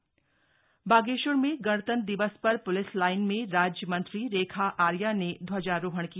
गणतंत्र दिवस बागेश्वर बागेश्वर में गणतंत्र दिवस पर प्लिस लाइन में राज्य मंत्री रेखा आर्या ने ध्वाजारोहण किया